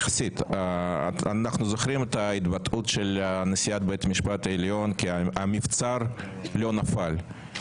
אנחנו זוכרים את ההתבטאות של נשיאת בית המשפט העליון כי המבצר לא נפל,